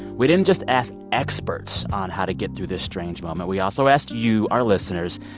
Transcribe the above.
we didn't just ask experts on how to get through this strange moment. we also asked you, our listeners.